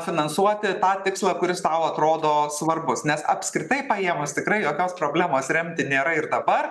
finansuoti tą tikslą kuris tau atrodo svarbus nes apskritai paėmus tikrai jokios problemos remti nėra ir dabar